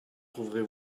trouverez